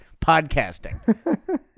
podcasting